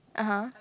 (uh huh)